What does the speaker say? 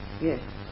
Yes